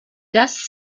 das